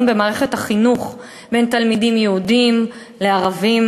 במערכת החינוך בין תלמידים יהודים לערבים,